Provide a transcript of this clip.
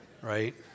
Right